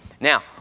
Now